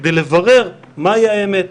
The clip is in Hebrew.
כדי לברר מה האמת.